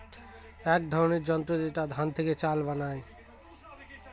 এক ধরনের যন্ত্র যেটাতে ধান থেকে চাল বানায়